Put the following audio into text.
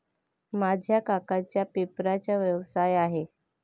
माझ्या काकांचा पेपरचा व्यवसाय आहे